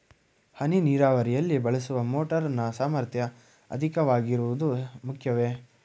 ಹನಿ ನೀರಾವರಿಯಲ್ಲಿ ಬಳಸುವ ಮೋಟಾರ್ ನ ಸಾಮರ್ಥ್ಯ ಅಧಿಕವಾಗಿರುವುದು ಮುಖ್ಯವೇ?